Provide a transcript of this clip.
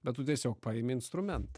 bet tu tiesiog paimi instrumentą